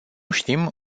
știm